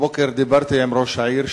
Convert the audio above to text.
הבוקר דיברתי עם ראש העיר.